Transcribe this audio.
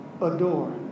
Adore